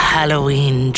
Halloween